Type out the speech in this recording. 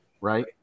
right